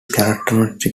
characteristic